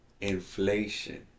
inflation